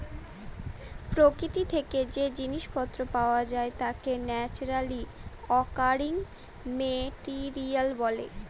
প্রকৃতি থেকে যে জিনিস পত্র পাওয়া যায় তাকে ন্যাচারালি অকারিং মেটেরিয়াল বলে